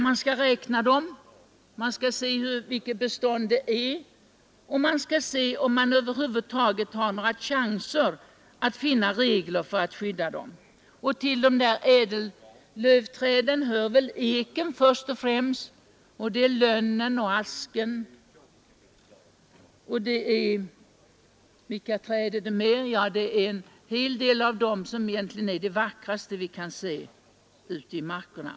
Man skall räkna dem, se efter vilket bestånd som finns och undersöka om det över huvud taget är några chanser att finna regler för att skydda dem. Till ädellövträd hör först och främst eken, lönnen och asken och ytterligare en hel del av de vackraste träd vi kan se ute i markerna.